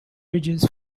ridges